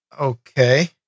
Okay